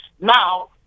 Now